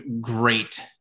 great